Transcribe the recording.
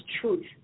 truth